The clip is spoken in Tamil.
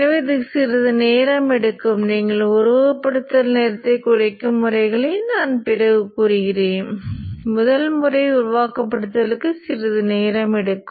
எனவே ஃப்ளக்ஸ் வடிவமும் ஃப்ளக்ஸ் அல்லது தற்போதைய வடிவத்தைப் போலவே இருக்கும்